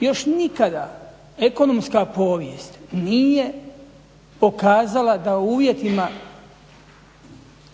Još nikada ekonomska povijest nije pokazala da u uvjetima